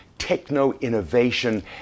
Techno-innovation